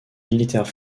militaires